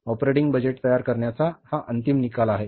operating budget तयार करण्याचा हा अंतिम निकाल आहे